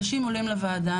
אנשים עולים לוועדה,